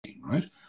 right